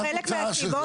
מה התוצאה של זה?